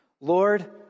Lord